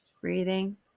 Breathing